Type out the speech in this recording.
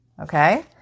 Okay